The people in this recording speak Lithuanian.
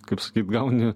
kaip sakyt gauni